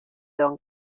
don